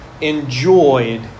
enjoyed